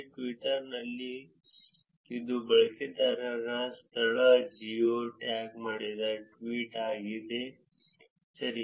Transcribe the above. Twitter ನಲ್ಲಿ ಇದು ಬಳಕೆದಾರರ ಸ್ಥಳ ಜಿಯೋ ಟ್ಯಾಗ್ ಮಾಡಿದ ಟ್ವೀಟ್ ಆಗಿದೆ ಸರಿ